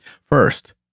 First